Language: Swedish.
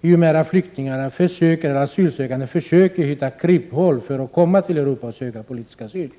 desto mer försöker de asylsökande hitta kryphål för att komma till Europa och söka politisk asyl.